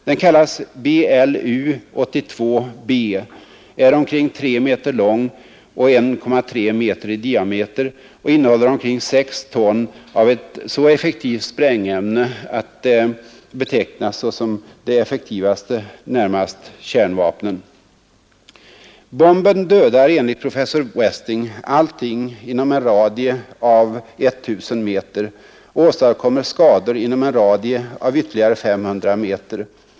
Den kallas Blu-82-B, är omkring 3 meter lång och 1,3 meter i diameter och innehåller omkring 6 ton av ett så effektivt sprängämne att det betecknas som det effektivaste näst kärnvapen. Bomben dödar enligt professor Westing allting inom en radie av 1 000 meter och åstadkommer skador inom en radie av ytterligare 500 meter.